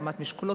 הרמת משקולות,